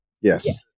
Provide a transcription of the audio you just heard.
Yes